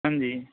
ਹਾਂਜੀ